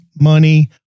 money